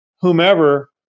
whomever